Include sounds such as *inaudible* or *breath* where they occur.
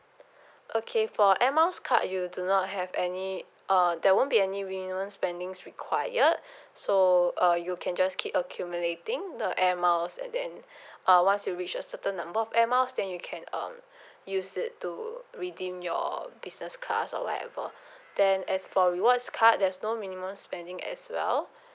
okay for air miles card you do not have any uh there won't be any minimum spending required so uh you can just keep accumulating the air miles and then *breath* uh once you reach a certain number of air miles then you can um *breath* use it to redeem your business class or whatever then as for rewards card there's no minimum spending as well